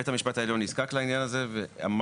בית המשפט העליון נזקק לעניין הזה ואמר,